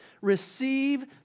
receive